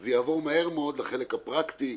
זה יעבור מהר מאוד לחלק הפרקטי,